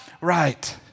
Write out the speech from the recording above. right